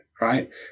right